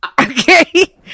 Okay